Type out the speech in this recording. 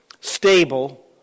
stable